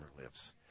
lives